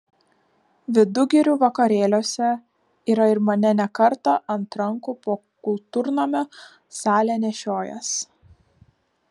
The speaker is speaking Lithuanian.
vidugirių vakarėliuose yra ir mane ne kartą ant rankų po kultūrnamio salę nešiojęs